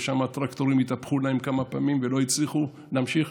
ושם הטרקטורים התהפכו להם כמה פעמים והם לא הצליחו להמשיך.